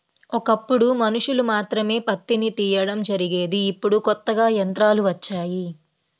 ఒకప్పుడు మనుషులు మాత్రమే పత్తిని తీయడం జరిగేది ఇప్పుడు కొత్తగా యంత్రాలు వచ్చాయి